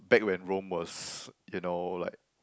back when Rome was you know like